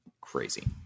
crazy